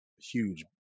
huge